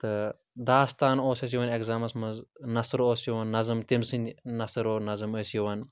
تہٕ داستان اوس اَسہِ یِوان اٮ۪گزامَس منٛز نَثر اوس یِوان نظم تٔمۍ سٕنٛدِ نثر اور نظم ٲسۍ یِوان